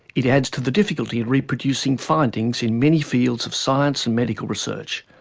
it adds to the difficulty reproducing findings in many fields of science and medical research.